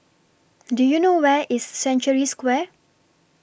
Do YOU know Where IS Century Square